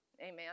Amen